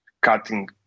cutting